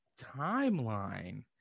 Timeline